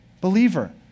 believer